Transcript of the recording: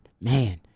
man